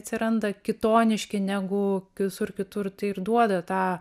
atsiranda kitoniški negu visur kitur tai ir duoda tą